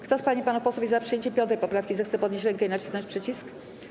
Kto z pań i panów posłów jest za przyjęciem 5. poprawki, zechce podnieść rękę i nacisnąć przycisk.